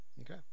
Okay